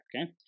okay